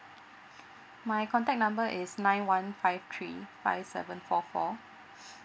my contact number is nine one five three five seven four four